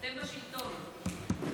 אתם בשלטון.